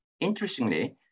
interestingly